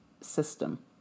system